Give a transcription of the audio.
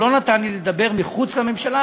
הוא לא נתן לי לדבר מחוץ לממשלה,